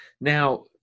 now